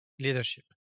leadership